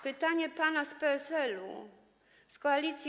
Pytanie pana z PSL-u, z koalicji.